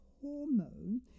hormone